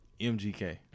MGK